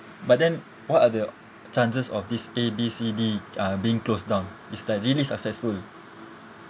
but then what are the chances of this A B C D uh being closed down it's like really successful